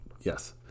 Yes